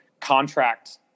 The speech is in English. contract